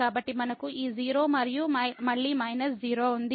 కాబట్టి మనకు ఈ 0 మరియు మళ్ళీ మైనస్ 0 ఉంది